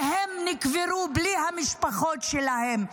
והם נקברו בלי המשפחות שלהם.